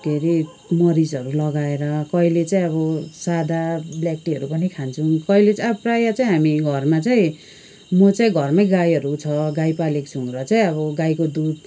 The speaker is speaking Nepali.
के अरे मरिचहरू लगाएर कहिले चाहिँ अब सादा ब्ल्याक टीहरू पनि खान्छौँ कहिले चाहिँ अब प्रायः चाहिँ हामी घरमा चाहिँ म चाहिँ घरमै गाईहरू छ अब गाई पालेको छौँ र चाहिँ अब गाईको दुध